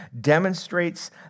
demonstrates